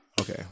Okay